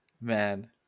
Man